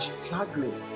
struggling